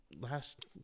last